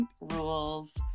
Rules